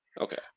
Okay